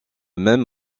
même